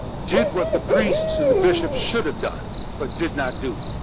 did what the priests and the bishop should have done but did not do.